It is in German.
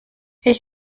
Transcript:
ich